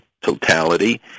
totality